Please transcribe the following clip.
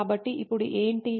కాబట్టి ఇప్పుడు ఏంటి